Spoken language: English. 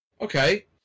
okay